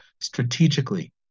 strategically